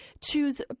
choose